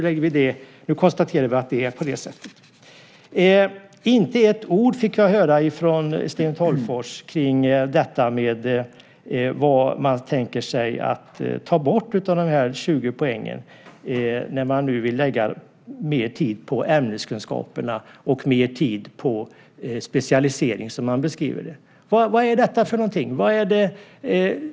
Och nu konstaterar vi att det är på det sättet. Jag fick inte höra ett ord från Sten Tolgfors om vad man tänker ta bort av dessa 20 poäng när man nu vill lägga mer tid på ämneskunskaperna och mer tid på specialisering, som man beskriver. Vad är detta?